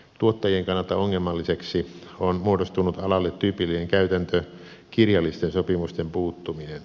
tuottajien kannalta ongelmalliseksi on muodostunut alalle tyypillinen käytäntö kirjallisten sopimusten puuttuminen